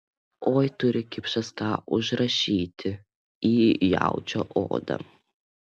oi turi kipšas ką užrašyti į jaučio odą